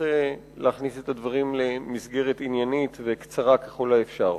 ואנסה להכניס את הדברים למסגרת עניינית וקצרה ככל האפשר.